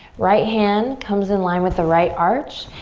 right hand comes in line with the right arch.